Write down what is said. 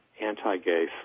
anti-gay